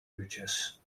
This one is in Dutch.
uurtjes